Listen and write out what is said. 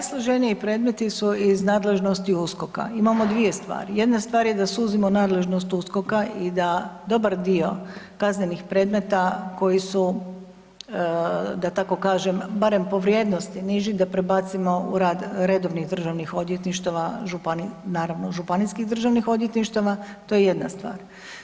Najsloženiji predmeti su iz nadležnosti USKOK-a, imamo dvije stvari, jedna stvar je da suzimo nadležnost USKOK-a i da dobar dio kaznenih predmeta koji su da tako kažem barem po vrijednosti niži da prebacimo u rad redovnih državnih odvjetništava, naravno županijskih državnih odvjetništava, to je jedna stvar.